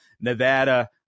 Nevada